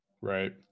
Right